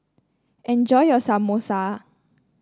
enjoy your Samosa